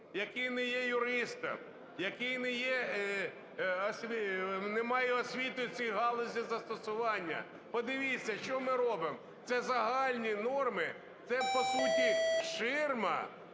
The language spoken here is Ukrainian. який не є юристом, який не є, не має освіти в цій галузі застосування. Подивіться, що ми робимо. Це загальні норми, це, по суті, ширма,